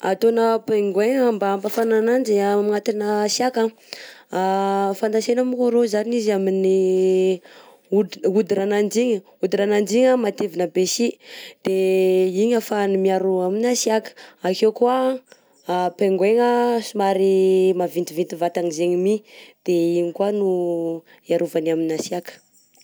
Ataona pingouin mba ampafana ananjy agnatina hatsiaka: fantantsena moko arao zany izy amin'ny hoditr- hodirananjy igny, hodirananjy igny matevina by sy de igny afahanany miaro amina hatsiaka, akeo koà pingouin somary mavintivinty vatagna zegny mi de igny koà no hiarovany amina hatsiaka.